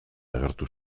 agertu